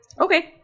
Okay